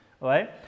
right